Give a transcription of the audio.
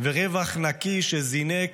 ורווח נקי שזינק